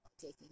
taking